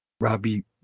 Robbie